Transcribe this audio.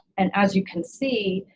and as you can see,